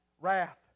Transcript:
wrath